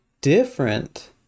different